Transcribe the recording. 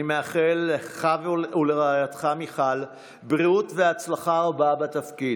אני מאחל לך ולרעייתך מיכל בריאות והצלחה רבה בתפקיד.